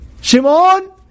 Shimon